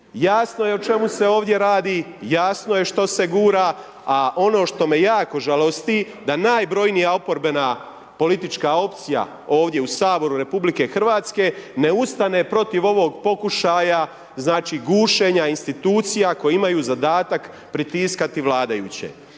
Jasno je o čemu se ovdje radi, jasno je što se gura, ali ono što me jako žalosti, da najbrijana oporbena politička opcija ovdje u Saboru RH, ne ustane protiv ovog pokušaja gušenja institucija, koje imaju zadatak pritiskati vladajuće.